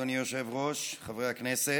אדוני היושב-ראש, חברי הכנסת,